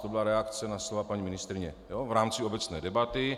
To byla reakce na slova paní ministryně v rámci obecné debaty.